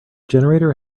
generator